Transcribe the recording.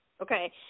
Okay